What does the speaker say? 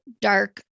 dark